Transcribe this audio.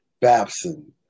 Babson